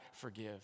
forgive